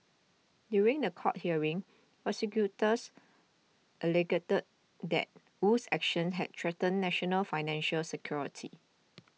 during the court hearing prosecutors that Wu's actions had threatened national financial security